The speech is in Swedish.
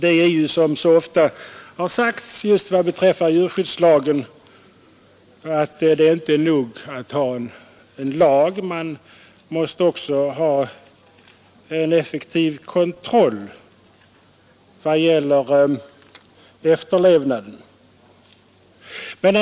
Det är, som ofta har sagts beträffande djurskyddslagen, inte nog att ha en lag — man måste också ha en effektiv kontroll av lagens efterlevnad.